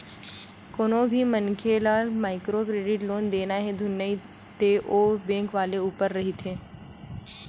कोनो भी मनखे ल माइक्रो क्रेडिट लोन देना हे धुन नइ ते ओ बेंक वाले ऊपर रहिथे